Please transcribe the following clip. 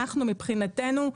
מבחינתנו,